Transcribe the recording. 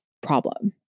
problem